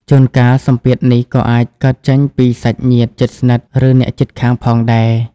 ជួនកាល សម្ពាធនេះក៏អាចកើតចេញពីសាច់ញាតិជិតស្និទ្ធ ឬអ្នកជិតខាងផងដែរ។